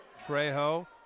Trejo